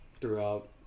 throughout